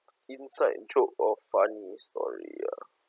inside joke or funny story ah